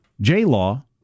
J-Law